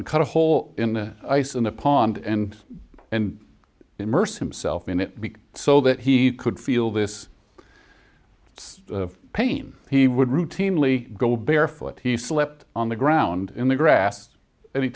and cut a hole in the ice in the pond and and immerse himself in it so that he could feel this it's pain he would routinely go barefoot he slept on the ground in the grass any